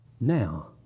now